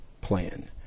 plan